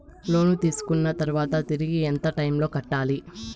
లోను తీసుకున్న తర్వాత తిరిగి ఎంత టైములో కట్టాలి